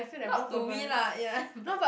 not to me lah ya but